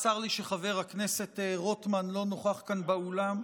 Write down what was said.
צר לי שחבר הכנסת רוטמן לא נוכח כאן באולם.